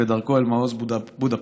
בדרכו למעוז "בודפשט".